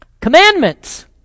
commandments